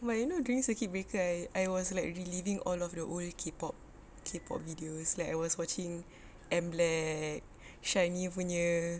but you know during circuit breaker I I was like relieving all of the old K-pop K-pop videos like I was watching MBLAQ shinee punya